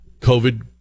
COVID